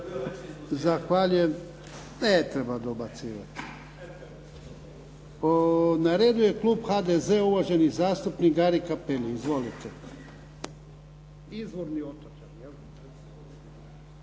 Zahvaljujem. Ne treba dobacivati. Na redu je klub HDZ-a uvaženi zastupnik Gari Capelli. Izvolite. **Cappelli,